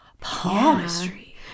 palmistry